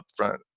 upfront